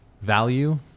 value